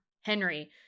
Henry